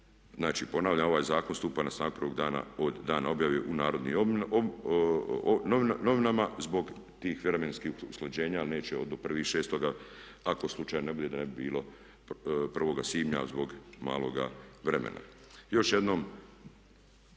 glasi: „ponavljam ovaj zakon stupa na snagu prvog dana od dana objave u NN zbog tih vremenskih usklađenja, ali neće do 1.6. ako slučajno ne bude, da ne bi bilo prvoga svibnja zbog maloga vremena. Još jednom,